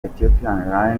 ethiopian